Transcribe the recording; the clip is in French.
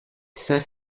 cinq